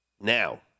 now